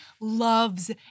loves